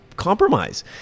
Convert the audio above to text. Compromise